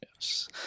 yes